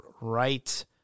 right